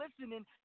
listening